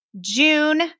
June